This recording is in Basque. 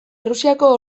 errusiako